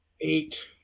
eight